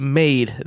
made